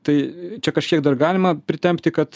tai čia kažkiek dar galima pritempti kad